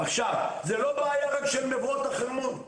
עכשיו זו לא בעיה רק של מבואות החרמון,